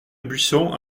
buisson